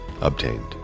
obtained